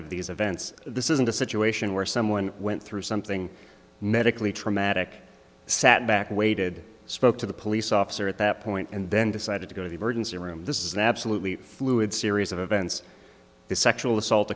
of these events this isn't a situation where someone went through something medically traumatic sat back waited spoke to the police officer at that point and then decided to go to the emergency room this is an absolutely fluid series of events the sexual assault